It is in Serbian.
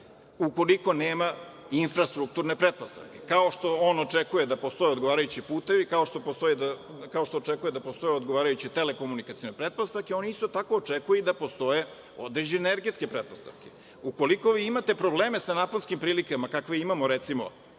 ukoliko nema infrastrukturne pretpostavke. Kao što on očekuje da postoje odgovarajući putevi, kao što očekuju da postoje odgovarajuće telekomunikacione pretpostavke, on isto tako očekuje i da postoje određene energetske pretpostavke. Ukoliko vi imate probleme sa naponskim prilikama, kakve imamo, recimo,